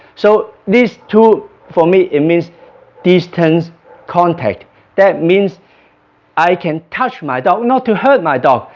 so these two for me it means distance contact that means i can touch my dog, not to hurt my dog,